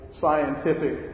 scientific